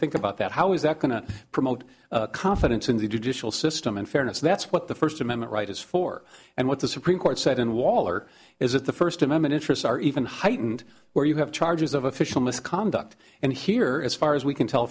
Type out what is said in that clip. think about that how is that going to promote confidence in the judicial system and fairness that's what the first amendment right is for and what the supreme court said in waller is that the first amendment interests are even heightened where you have charges of official misconduct and here as far as we can tell